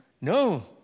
No